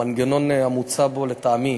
המנגנון המוצע בו, לטעמי